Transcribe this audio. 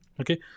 okay